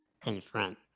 confront